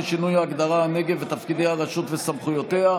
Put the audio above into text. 5) (שינוי ההגדרה "הנגב" ותפקידי הרשות וסמכויותיה),